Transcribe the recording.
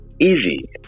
easy